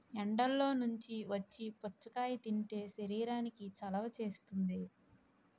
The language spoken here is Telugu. ఎండల్లో నుంచి వచ్చి పుచ్చకాయ తింటే శరీరానికి చలవ చేస్తుంది